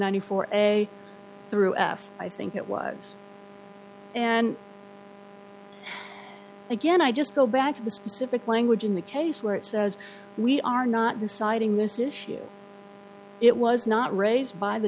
ty four a through f i think it was and again i just go back to the specific language in the case where it says we are not deciding this issue it was not raised by the